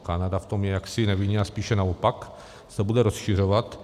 Kanada v tom je jaksi nevinně a spíše naopak se bude rozšiřovat.